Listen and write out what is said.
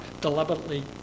deliberately